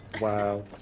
Wow